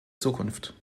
zukunft